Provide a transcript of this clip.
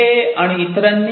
day आणि इतरांनी Dey et al